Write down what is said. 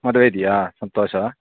ಮದುವೆ ಇದೆಯಾ ಸಂತೋಷ